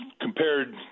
compared